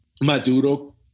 Maduro